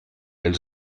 els